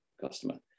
customer